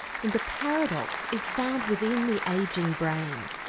and the paradox is found within the ageing brain,